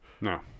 No